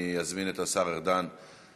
אני אזמין את השר ארדן לענות.